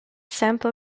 sample